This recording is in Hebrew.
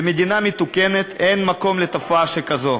במדינה מתוקנת אין מקום לתופעה שכזו,